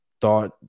thought